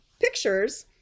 pictures